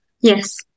Yes